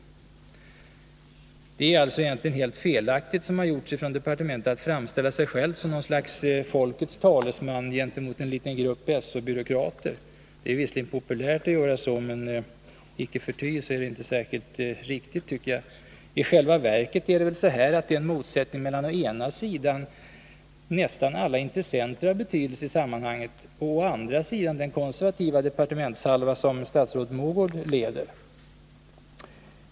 Det är alltså egentligen helt felaktigt att, som gjorts från departementet, framställa sig självt som ett slags folkets talesman gentemot en liten grupp SÖ-byråkrater. Det är visserligen populärt att göra så, men icke förty är det inte särskilt riktigt. I själva verket är det väl en motsättning mellan å ena sidan nästan alla intressenter av betydelse i sammanhanget och å andra sidan den konservativa departementshalva som statsrådet Mogård leder.